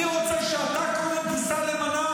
אני רוצה שאתה תיסע קודם למנרה,